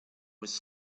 was